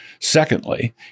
Secondly